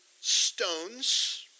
stones